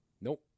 Nope